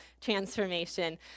transformation